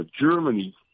Germany